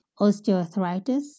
osteoarthritis